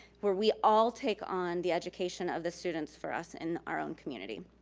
where we all take on the education of the students for us and our own community.